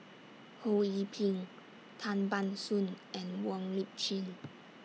Ho Yee Ping Tan Ban Soon and Wong Lip Chin